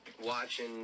watching